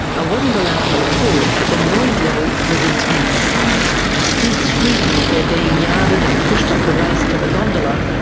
i wasn't allowed to record but the noise level was intense pigs shrieking as they're being yarded and pushed up the race to the gondola,